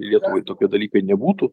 lietuvai tokie dalykai nebūtų